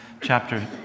chapter